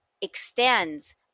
extends